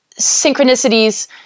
synchronicities